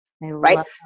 Right